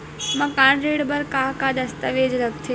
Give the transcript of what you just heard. मकान ऋण बर का का दस्तावेज लगथे?